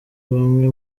bamwe